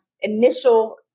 initial